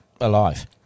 alive